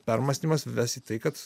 permąstymas ves į tai kad